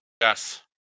Yes